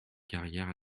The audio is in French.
carrières